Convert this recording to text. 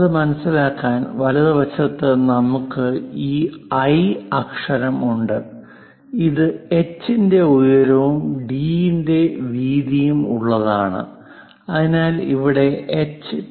അത് മനസിലാക്കാൻ വലതുവശത്ത് നമുക്ക് ഈ ഐ അക്ഷരം ഉണ്ട് അത് എഛ് ന്റെ ഉയരവും ഡി ന്റെ വീതിയും ഉള്ളതാണ് അതിനാൽ ഇവിടെ എഛ് 2